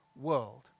world